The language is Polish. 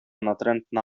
natrętna